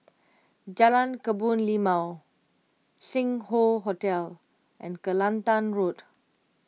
Jalan Kebun Limau Sing Hoe Hotel and Kelantan Road